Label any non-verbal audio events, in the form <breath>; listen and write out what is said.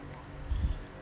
<breath>